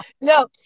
No